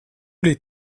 les